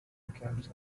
cabs